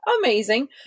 amazing